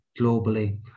globally